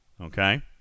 Okay